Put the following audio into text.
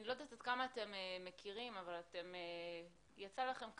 אני לא יודעת עד כמה אתם מכירים אבל יצא לכם כאן,